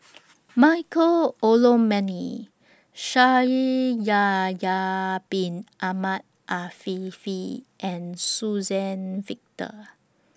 Michael Olcomendy Shaikh Yahya Bin Ahmed Afifi and Suzann Victor